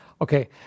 Okay